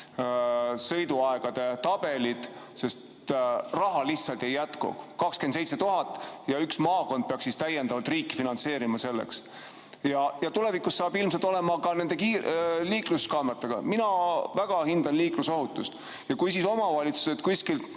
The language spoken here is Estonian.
sõiduaegade tabelid, sest raha lihtsalt ei jätku. 27 000 eurot ja üks maakond peaks siis täiendavalt riiki finantseerima. Tulevikus saab ilmselt nii olema ka nende liikluskaameratega. Mina väga hindan liiklusohutust. Kui omavalitsused